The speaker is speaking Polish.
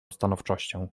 stanowczością